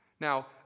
Now